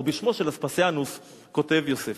או בשמו של אספסיאנוס כותב יוספוס,